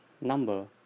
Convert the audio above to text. number